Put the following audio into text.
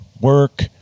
work